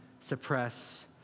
suppress